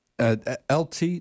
LT